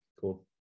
Cool